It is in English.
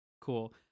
Cool